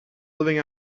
living